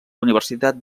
universitat